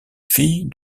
fille